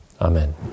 Amen